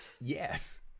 Yes